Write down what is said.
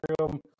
room